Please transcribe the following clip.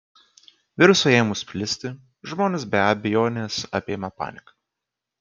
virusui ėmus plisti žmonės be abejonės apėmė panika